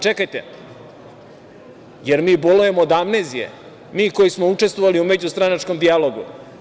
Čekajte, da li mi bolujemo od amnezije, mi koji smo učestvovali u međustranačkom dijalogu?